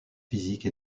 physique